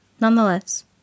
Nonetheless